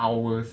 hours